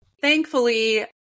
thankfully